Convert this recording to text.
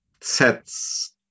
sets